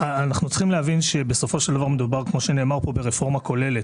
צריך להבין שמדובר ברפורמה כוללת,